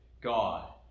God